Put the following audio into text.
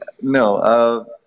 No